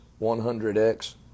100x